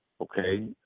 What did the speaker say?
okay